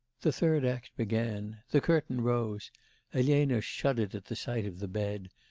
the third act began. the curtain rose elena shuddered at the sight of the bed,